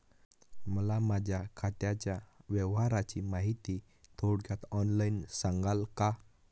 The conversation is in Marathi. मला माझ्या खात्याच्या व्यवहाराची माहिती थोडक्यात ऑनलाईन सांगाल का?